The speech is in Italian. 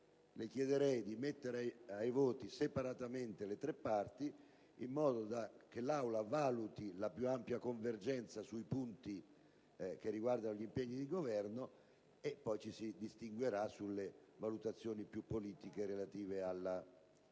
chiederei di mettere ai voti separatamente le tre parti, in modo che l'Assemblea valuti la più ampia convergenza sui punti che riguardano gli impegni di Governo, salvo poi distinguerci sulle valutazioni più politiche relative al testo